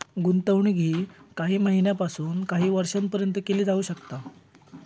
गुंतवणूक ही काही महिन्यापासून काही वर्षापर्यंत केली जाऊ शकता